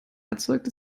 erzeugt